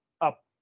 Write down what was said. up